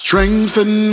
Strengthen